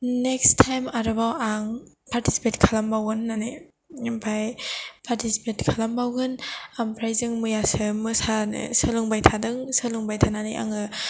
next time आरोबाव आं participate खालामबावगोन होननानै ओमफ्राय पार्टिसिपेट खालामबावगोन ओमफ्राय जों मैयासो मोसानो सोलोंबाय थादों सोलोंबाय थानानै आङो